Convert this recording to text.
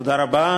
תודה רבה.